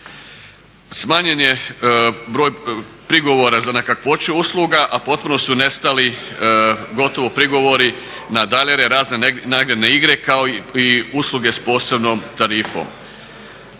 Smanjen je broj prigovora za kakvoću usluga a potpuno su nestali gotovo prigovori na …/Govornik se ne razumije./… razne nagradne igre kao i usluge sa posebnom tarifom.